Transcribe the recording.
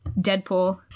Deadpool